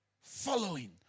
Following